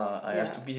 ya